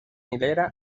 hilera